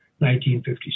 1957